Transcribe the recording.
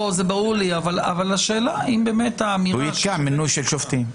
הוא יתקע מינוי של שופטים.